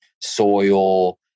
soil